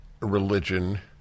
religion